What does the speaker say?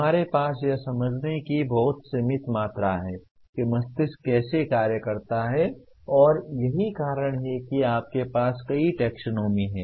हमारे पास यह समझने की बहुत सीमित मात्रा है कि मस्तिष्क कैसे कार्य करता है और यही कारण है कि आपके पास कई टैक्सोनॉमी हैं